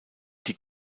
die